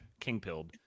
kingpilled